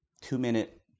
two-minute